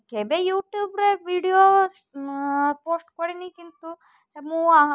କେବେ ୟୁଟ୍ୟୁବ୍ରେ video post କରିନି କିନ୍ତୁ ମୁଁ